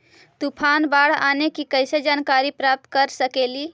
तूफान, बाढ़ आने की कैसे जानकारी प्राप्त कर सकेली?